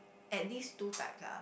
at least two types ah